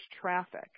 traffic